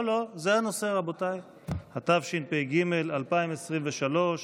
התשפ"ג 2023,